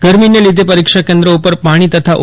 ગરમીને લીધે પરીક્ષા કેન્દ્ર ઉપર પાણી તથા ઓ